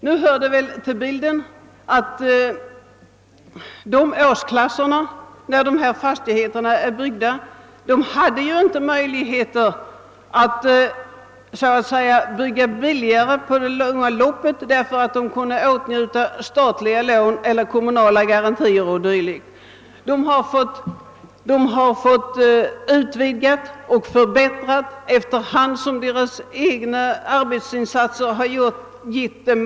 Nu hör det till bilden att människorna när dessa fastigheter byggdes saknade möjligheter att så att säga bygga billigare i längden genom åtnjutande av statliga lån, kommunala garantier o. d. Utvidgningar och förbättringar har skett allteftersom de egna arbetsinsatserna möjliggjort detta.